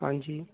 ਹਾਂਜੀ